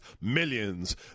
Millions